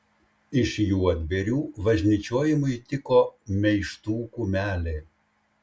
iš juodbėrių važnyčiojimui tiko meištų kumelė